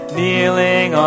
Kneeling